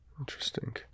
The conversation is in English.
interesting